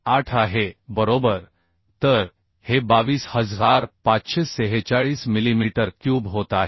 8 आहे बरोबर तर हे 22546 मिलीमीटर क्यूब होत आहे